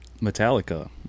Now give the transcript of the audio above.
metallica